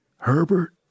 Herbert